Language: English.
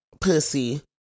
pussy